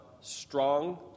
strong